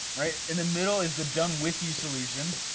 right? in the middle is the done with you solution.